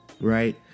Right